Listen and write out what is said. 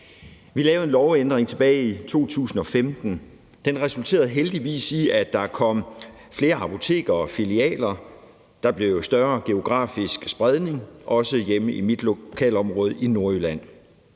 Vi lavede en lovændring tilbage i 2015. Den resulterede heldigvis i, at der kom flere apoteker og filialer. Der blev større geografisk spredning, også hjemme i mit lokalområde i Nordjylland.